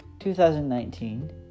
2019